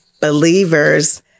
believers